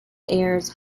airs